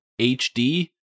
hd